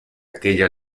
aquella